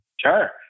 Sure